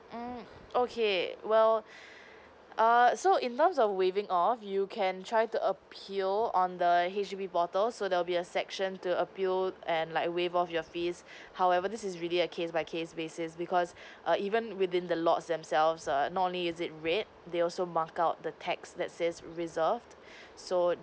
mm okay well err so in terms of waving off you can try to appeal on the H_D_B portal so there'll be a section to appeal and like waive off your fees however this is really a case by case basis because err even within the lots themselves err not only is it red they also marked out the text that says reserved so